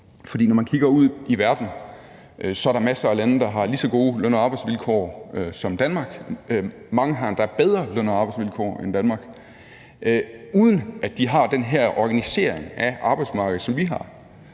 For når man kigger ud i verden, kan man se, at der er masser af lande, der har lige så gode løn- og arbejdsvilkår som Danmark, mange har endda bedre løn- og arbejdsvilkår end Danmark, uden at de har den her organisering af arbejdsmarkedet, som vi har.